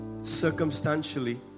circumstantially